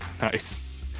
Nice